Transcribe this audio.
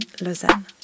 Lausanne